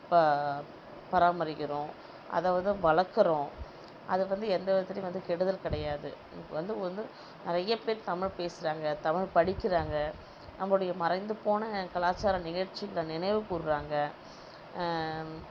ப பராமரிக்கிறோம் அதை வந்து வளர்குறோம் அது வந்து எந்த விதத்துலையும் வந்து கெடுதல் கிடையாது இப்போ வந்து வந்து நிறையப்பேர் தமிழ் பேசுறாங்க தமிழ் படிக்கிறாங்க நம்பளோடைய மறைந்து போன கலாச்சார நிகழ்ச்சிகளை நினைவு கூர்ராங்க